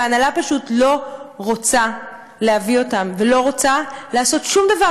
וההנהלה פשוט לא רוצה להביא אותן ולא רוצה לעשות שום דבר,